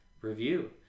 review